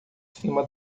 cima